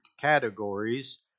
categories